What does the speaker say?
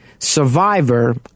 survivor